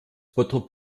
bottrop